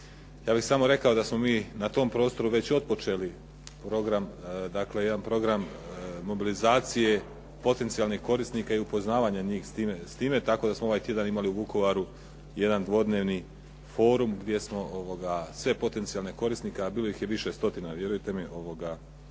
Ja bih samo rekao da smo mi na tom prostoru već otpočeli program, dakle jedan program mobilizacije potencijalnih korisnika i upoznavanja njih s time, tako da smo ovaj tjedan imali u Vukovaru jedan dvodnevni forum gdje smo sve potencijalne korisnike, a bilo ih je više stotina vjerujte mi upoznali